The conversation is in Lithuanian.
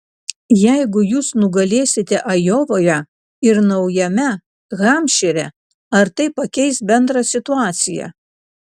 jeigu jūs nugalėsite ajovoje ir naujame hampšyre ar tai pakeis bendrą situaciją